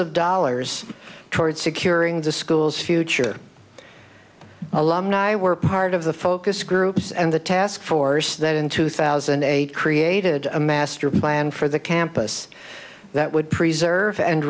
of dollars toward securing the schools future alumni were part of the focus groups and the task force that in two thousand and eight created a master plan for the campus that would preserve and